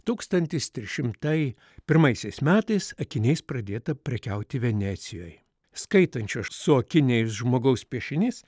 tūkstantis trys šimtai pirmaisiais metais akiniais pradėta prekiauti venecijoje skaitančio su akiniais žmogaus piešinys